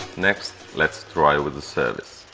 next let's try with a service.